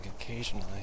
occasionally